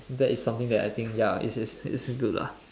that is something that I think ya it's it's it's good lah